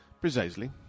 Precisely